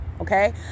Okay